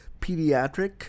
pediatric